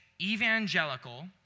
evangelical